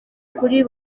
kuri